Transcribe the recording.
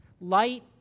Light